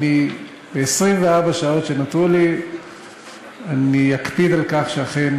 וב-24 השעות שנותרו לי אני אקפיד על כך שאכן